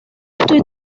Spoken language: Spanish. estoy